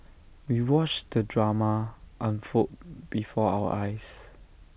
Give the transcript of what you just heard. we watched the drama unfold before our eyes